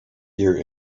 year